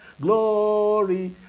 Glory